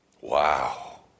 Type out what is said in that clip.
Wow